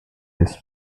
his